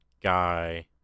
guy